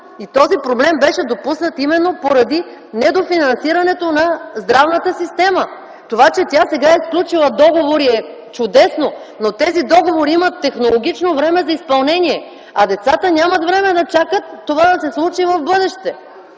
и този проблем беше допуснат именно поради недофинансирането на здравната система. Това, че тя сега е сключила договори, е чудесно, но тези договори имат технологично време за изпълнение, а децата нямат време да чакат това да се случи в бъдеще.